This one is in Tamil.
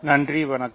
நன்றி வணக்கம்